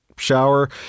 shower